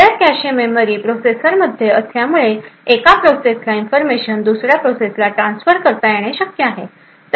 share cache memory प्रोसेसरमध्ये असल्यामुळे एका प्रोसेस ला इन्फॉर्मेशन दुसऱ्या प्रोसेस ला ट्रान्सफर करता येणे शक्य आहे